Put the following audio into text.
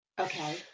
Okay